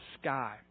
sky